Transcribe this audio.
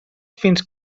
fins